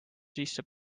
sisse